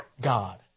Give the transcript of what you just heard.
God